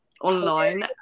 online